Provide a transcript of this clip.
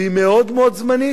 והיא מאוד-מאוד זמנית,